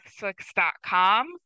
netflix.com